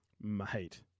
Mate